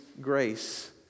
grace